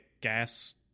gas